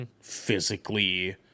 physically